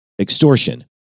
extortion